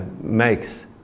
makes